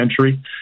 century